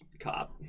cop